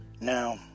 Now